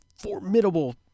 formidable